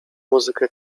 muzykę